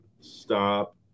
stop